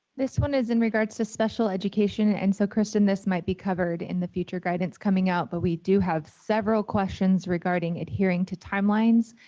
this one is in regards to special education. and so, kristin. this might be covered in the future guidance coming out, but we do have several questions regarding adhering to timelines,